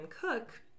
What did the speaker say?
Cook